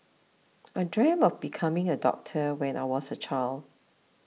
I dreamt of becoming a doctor when I was a child